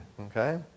Okay